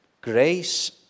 Grace